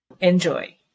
enjoy